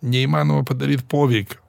neįmanoma padaryt poveikio